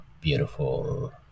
beautiful